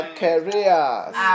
careers